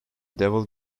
devil